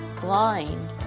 blind